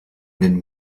den